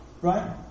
right